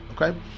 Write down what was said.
Okay